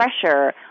pressure